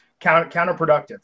counterproductive